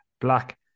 Black